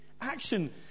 action